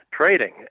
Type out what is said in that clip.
trading